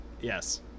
Yes